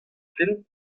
film